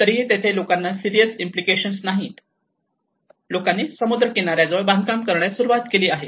तरीही तेथे लोकांना सिरीयस इंप्लीकेशन नाही लोकांनी समुद्र किनाऱ्या जवळ बांधकाम करण्यास सुरवात केली आहे